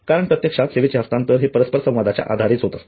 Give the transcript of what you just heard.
कारण प्रत्यक्षात सेवेचे हस्तांतरण हे परस्पर संवादाच्या आधारेच होत असते